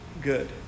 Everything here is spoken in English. good